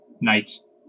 nights